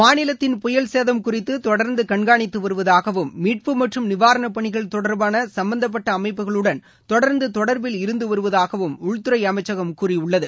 மாநிலத்தின் புயல் சேதம் தொடர்பான தொடர்ந்து கண்காணித்து வருவதாகவும் மீட்பு மற்றும் நிவாரணப் பணிகள் தொடர்பான சம்பந்தப்பட்ட அமைப்புகளுடன் தொடர்ந்து தொடர்பில் இருந்து வருவதாகவும் உள்துறை அமைச்சகம் கூறியுள்ளது